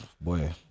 boy